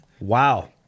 Wow